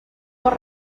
por